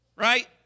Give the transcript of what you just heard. Right